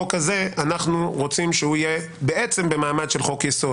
אנחנו רוצים שהחוק הזה יהיה במעמד של חוק-יסוד.